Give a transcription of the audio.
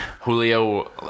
julio